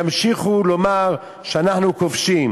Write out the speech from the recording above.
ימשיכו לומר שאנחנו כובשים.